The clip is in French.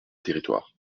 territoire